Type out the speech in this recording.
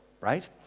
right